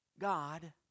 God